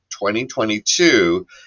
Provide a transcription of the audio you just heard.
2022